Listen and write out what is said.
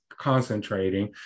concentrating